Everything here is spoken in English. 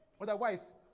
Otherwise